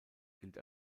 gilt